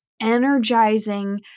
energizing